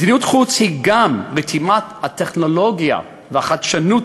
מדיניות חוץ היא גם רתימת הטכנולוגיה והחדשנות